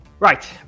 Right